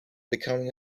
becoming